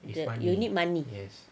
you need money